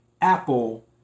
Apple